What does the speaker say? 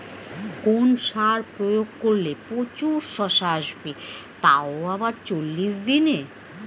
কোন সার প্রয়োগ করলে প্রচুর শশা আসবে তাও আবার চল্লিশ দিনে?